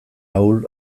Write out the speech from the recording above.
ahul